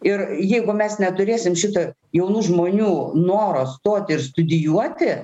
ir jeigu mes neturėsim šito jaunų žmonių noro stoti ir studijuoti